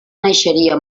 naixeria